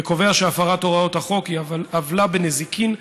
וקובע שהפרת הוראות החוק היא עוולה בנזיקין,